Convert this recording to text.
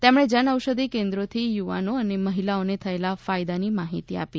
તેમણે જનઔષધિ કેન્દ્રોથી યુવાનો અને મહિલાઓને થયોલા ફાયદાની માહિતી આપી